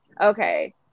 Okay